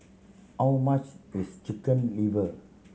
how much is Chicken Liver